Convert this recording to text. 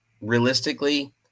realistically